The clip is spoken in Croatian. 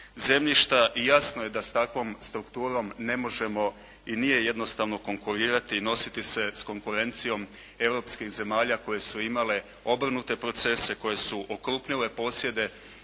zemljišta i jasno je da s takvom strukturom ne možemo i nije jednostavno konkurirati i nositi se s konkurencijom europskih zemalja koje su imale obrnute procese, koje su okrupnile posjede